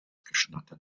geschnatter